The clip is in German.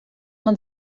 man